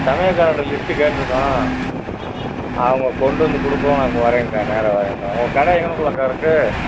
சமையல்காரங்கள்ட்ட list கேட்டிருக்கோம் அவங்க கொண்டு வந்து கொடுக்கவும் நான் அப்போ வரேன்க்கா நேராக வரேன்க்கா உங்க கடை எங்கனக்குள்ளக்கா இருக்குது